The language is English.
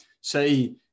say